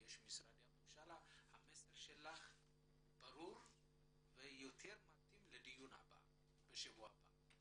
המסר שלך ברור ויותר מתאים לדיון בשבוע הבא.